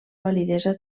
validesa